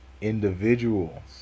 individuals